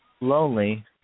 lonely